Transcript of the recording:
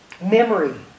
Memory